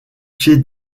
pied